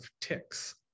ticks